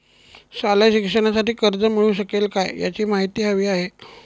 शालेय शिक्षणासाठी कर्ज मिळू शकेल काय? याची माहिती हवी आहे